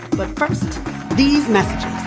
but these messages